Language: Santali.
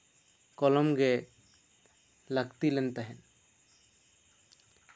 ᱠᱚᱞᱚᱢ ᱜᱮ ᱞᱟᱹᱠᱛᱤ ᱞᱮᱱ ᱛᱟᱦᱮᱸᱫ